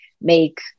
make